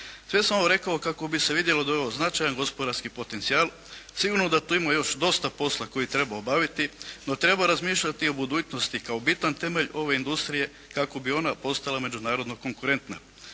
Sve sam ovo rekao kako bi se vidjelo da je ovo značajan gospodarski potencijal. Sigurno da tu ima još dosta posla koji treba obaviti, no treba razmišljati i o budućnosti kao bitan temelj ove industrije kako bi ona postala međunarodno konkurentna.